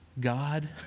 God